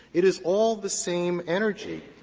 it is all the same energy.